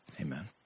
Amen